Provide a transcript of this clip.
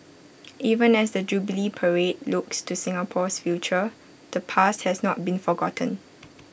even as the jubilee parade looks to Singapore's future the past has not been forgotten